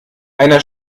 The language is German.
einer